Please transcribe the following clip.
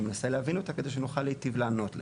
אני מנסה להבין אותה כדי שנוכל להיטיב לענות לך.